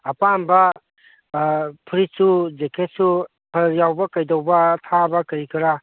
ꯑꯄꯥꯝꯕ ꯐꯨꯔꯤꯠꯁꯨ ꯖꯦꯛꯀꯦꯠꯁꯨ ꯐꯔ ꯌꯥꯎꯕ ꯀꯩꯗꯧꯕ ꯑꯊꯥꯕ ꯀꯔꯤ ꯀꯔꯥ